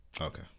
okay